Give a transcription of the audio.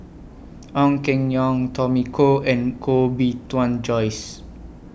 Ong Keng Yong Tommy Koh and Koh Bee Tuan Joyce